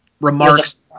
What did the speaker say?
remarks